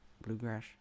bluegrass